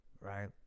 right